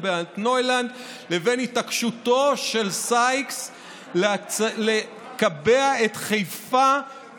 באלטנוילנד לבין התעקשותו של סייקס לקבע את חיפה